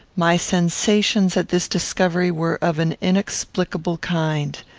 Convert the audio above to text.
my sensations at this discovery were of an inexplicable kind.